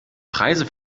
preise